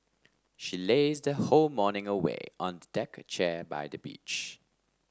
she lazed her whole morning away on a deck chair by the beach